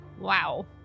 Wow